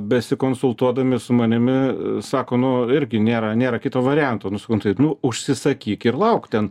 besikonsultuodami su manimi sako nu irgi nėra nėra kito varianto nu sakau nu tai nu užsisakyk ir lauk ten